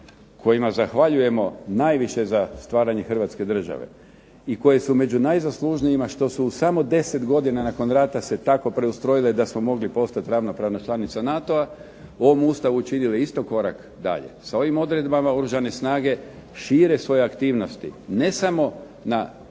kojima zahvaljujemo najviše za stvaranje hrvatske države, i koji su među najzaslužnijima što su u samo 10 godina nakon rata se tako preustrojile da smo mogli postat ravnopravna članica NATO-a, u ovom Ustavu je učinila isto korak dalje. Sa ovim odredbama Oružane snage šire svoje aktivnosti, ne samo na